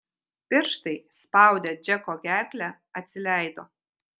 pirštai spaudę džeko gerklę atsileido